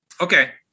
Okay